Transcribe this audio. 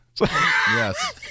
Yes